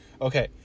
okay